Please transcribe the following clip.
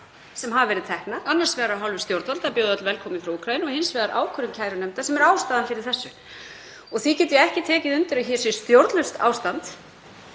sem hafa verið teknar, annars vegar af hálfu stjórnvalda að bjóða öll velkomin frá Úkraínu og hins vegar ákvörðun kærunefndar, sem eru ástæðan fyrir þessu. Því get ég ekki tekið undir að hér sé stjórnlaust ástand.